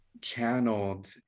channeled